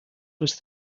was